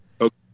Okay